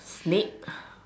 snake